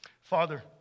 father